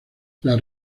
las